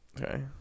Okay